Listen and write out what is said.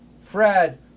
Fred